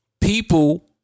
people